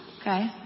Okay